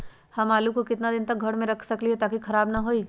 हम आलु को कितना दिन तक घर मे रख सकली ह ताकि खराब न होई?